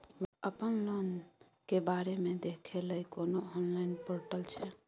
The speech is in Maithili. अपन लोन के बारे मे देखै लय कोनो ऑनलाइन र्पोटल छै?